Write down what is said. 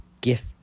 gift